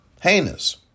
Heinous